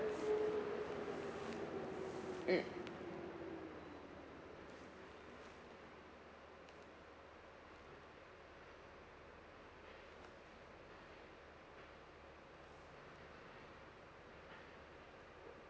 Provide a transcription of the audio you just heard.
mm